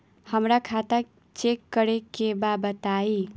हमरा खाता चेक करे के बा बताई?